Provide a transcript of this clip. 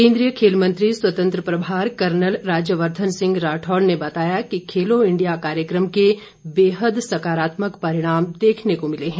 केंद्रीय खेल मंत्री स्वतंत्र प्रभार कर्नल राज्यवर्द्वन सिंह राठौड़ ने बताया कि खेलों इंडिया कार्यक्रम के बेहद सकारात्मक परिणाम देखने को मिले है